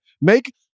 Make